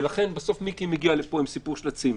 לכן בסוף מיקי מגיע לפה עם הסיפור של הצימרים,